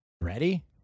Ready